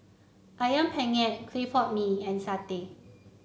ayam penyet Clay Pot Mee and satay